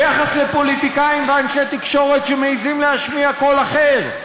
ביחס לפוליטיקאים ואנשי תקשורת שמעזים להשמיע קול אחר,